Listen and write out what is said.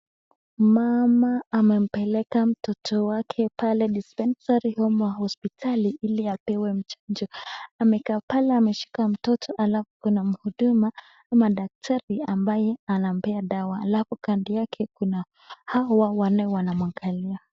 Mama amempeleka mtoto wake pale dispensary ama hospitali ili apewe chajo. Amekaa pale ameshika mtoto alafu kuna mhudumu ama daktari ambaye anampea dawa alafu kando yake kuna hawa wanaomwangalia.